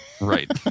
Right